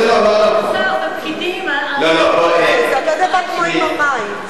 כבוד השר, זה פקידים, זה אותו דבר כמו עם המים.